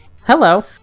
Hello